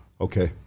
Okay